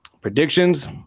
Predictions